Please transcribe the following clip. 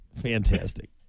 Fantastic